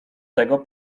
tego